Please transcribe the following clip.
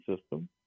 system